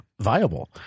viable